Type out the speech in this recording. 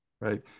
right